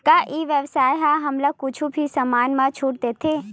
का ई व्यवसाय ह हमला कुछु भी समान मा छुट देथे?